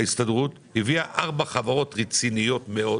ההסתדרות, הבאנו ארבע חברות רציניות מאוד